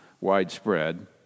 widespread